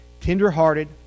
tender-hearted